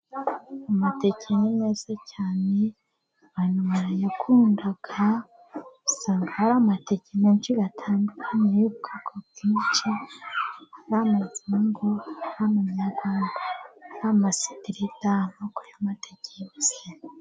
Amateke ni meza cyane abantu barayakunda usanga hari amateke menshi atandukanye y'ubwoko bwinshi hari amazungu, hari amanyarwanda, hari amasitirita no ku ya mateke yose.